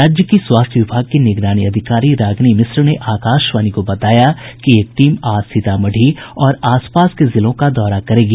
राज्य की स्वास्थ्य विभाग की निगरानी अधिकारी रागिनी मिश्र ने आकाशवाणी को बताया कि एक टीम आज सीतामढ़ी और आसपास के जिलों का दौरा करेगी